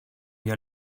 για